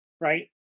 right